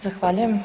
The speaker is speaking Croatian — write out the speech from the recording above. Zahvaljujem.